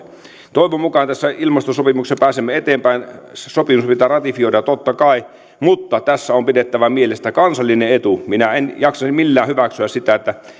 toivon mukaan tässä ilmastosopimuksessa pääsemme eteenpäin sopimus pitää ratifioida totta kai mutta tässä on pidettävä mielessä tämä kansallinen etu minä en jaksaisi millään hyväksyä sitä että